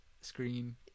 screen